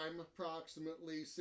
approximately